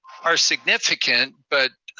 are significant but